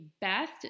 best